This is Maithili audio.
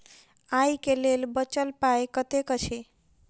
आइ केँ लेल बचल पाय कतेक अछि?